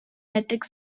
metric